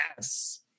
yes